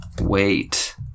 Wait